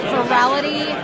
Virality